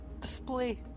...display